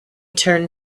turned